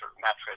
mattress